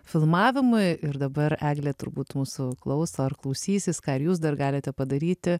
filmavimui ir dabar eglė turbūt mūsų klauso ar klausysis ką ir jūs dar galite padaryti